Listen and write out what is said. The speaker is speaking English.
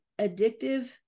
addictive